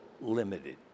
limited